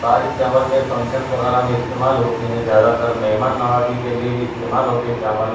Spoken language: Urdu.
باریک چاول میں فنکشنس وغیرہ میں استعمال ہوتے ہیں زیادہ تر مہمان نوازی کے لیے بھی استعمال ہوتے ہیں چاول